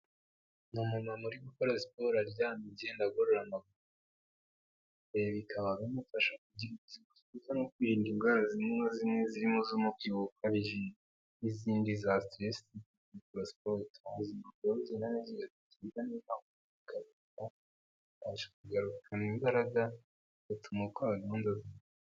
Ni umumama uri gukora siporo aryamye agenda agorora amaguru, ibi bikaba bimufasha kugira no kwi zimwe zirimo z'umubyibuho ukabije, n'izindi za siteresi kugarukana imbaraga gutuma kugarukana imbaraga bigatuma ukora ibintu byawe neza.